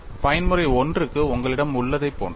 பயன்முறை I க்கு உங்களிடம் உள்ளதைப் போன்றது